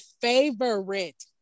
favorite